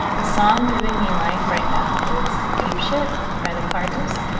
the song giving me life right now is apeshit by the carters.